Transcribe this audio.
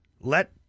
let